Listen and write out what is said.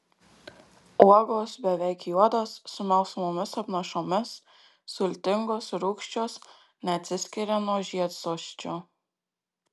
uogos beveik juodos su melsvomis apnašomis sultingos rūgščios neatsiskiria nuo žiedsosčio